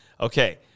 Okay